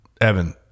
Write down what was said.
Evan